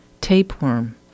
tapeworm